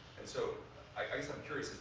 and so i guess i'm curious.